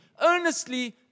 earnestly